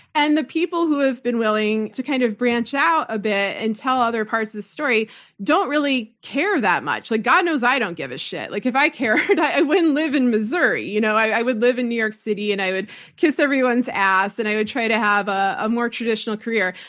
and the people who have been willing to kind of branch out a bit and tell other parts of the story don't really care that much. like god knows i don't give a shit. like if i cared, i wouldn't live in missouri. you know i would live in new york city and i would kiss everyone's ass. and i would try to have a a more traditional career.